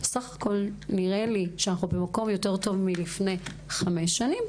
בסך הכול נראה לי שאנחנו במקום יותר טוב מלפני חמש שנים.